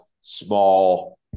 small